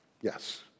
Yes